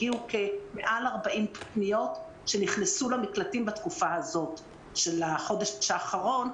הגיעו מעל 40,000 פניות שנכנסו למקלטים בתקופה הזאת של החודש האחרון,